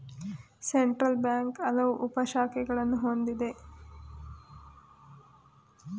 central bank ಹಲವು ಉಪ ಶಾಖೆಗಳನ್ನು ಹೊಂದಿದೆ